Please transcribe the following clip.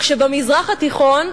כשבמזרח התיכון,